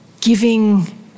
giving